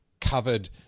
covered